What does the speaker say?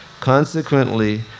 Consequently